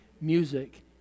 music